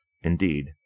indeed